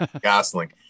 Gosling